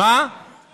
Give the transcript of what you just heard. יורו או דולר?